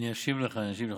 אני אשיב לך, אני אשיב לך.